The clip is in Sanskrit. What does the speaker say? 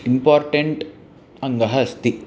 इम्पार्टेण्ट् अङ्गम् अस्ति